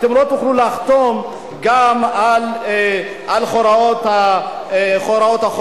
לא תוכלו לחתום גם על הוראות החוק,